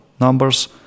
numbers